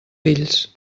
fills